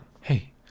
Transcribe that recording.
Hey